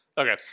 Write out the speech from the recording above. Okay